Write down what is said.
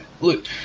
Look